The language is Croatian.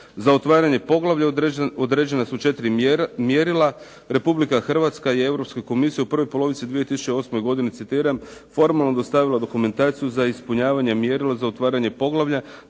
Za otvaranje poglavlja određena su 4 mjerila. Republika Hrvatska i Europska komisija u prvoj polovici 2008. godini, citiram: "formalno dostavila dokumentaciju za ispunjavanje mjerila za otvaranje poglavlja